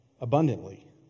abundantly